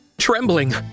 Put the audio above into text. Trembling